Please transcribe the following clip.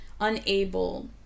unable